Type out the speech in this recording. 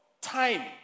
time